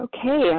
Okay